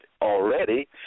already